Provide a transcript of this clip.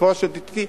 הפלטפורמה של ה-DTT,